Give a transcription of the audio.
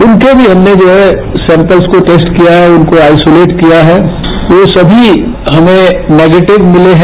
उनके भी हमने जो है सैम्पल्स को टेस्ट किया है आइसोलेट किया है वो सभी हमें नेगेटिव मिले हैं